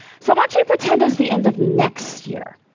so i want you to pretend it's the end of next year.